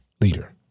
Leader